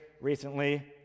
recently